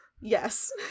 Yes